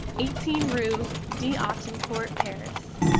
eighteen rue d'autancourt, paris.